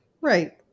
right